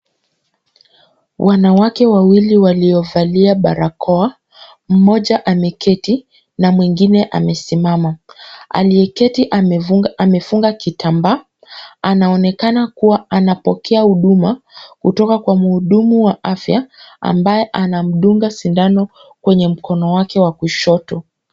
Wanawake wawili waliovalia barakoa. Mmoja ameketi na mwingine amesimama. Aliyeketi amefunga kitambaa. Anaonekana kuwa anapokea huduma kutoka kwa mhudumu wa afya ambaye anamdunga sindano kwenye mkono wake wa kushoto.